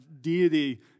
deity